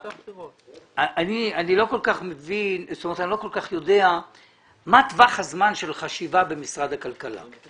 אני לא כל כך יודע מה טווח הזמן של חשיבה במשרד הכלכלה.